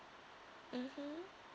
mmhmm